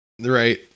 right